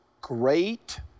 Great